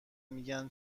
میگن